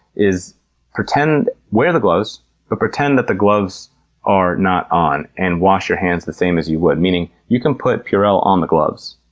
is wear the gloves but pretend that the gloves are not on and wash your hands the same as you would, meaning you can put purell on the gloves.